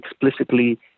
explicitly